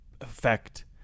Effect